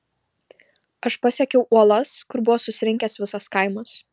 aš pasiekiau uolas kur buvo susirinkęs visas kaimas